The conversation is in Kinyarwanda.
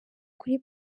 kuri